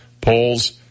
polls